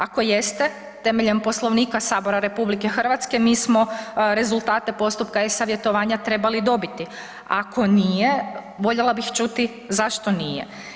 Ako jeste, temeljem Poslovnika Sabora RH, mi smo rezultate postupka e-Savjetovanja trebali dobiti, ako nije, voljela bih čuti zašto nije.